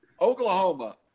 Oklahoma